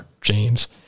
James